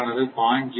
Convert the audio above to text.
ஆனது 0